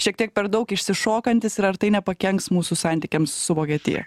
šiek tiek per daug išsišokantys ir ar tai nepakenks mūsų santykiams su vokietija